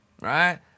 right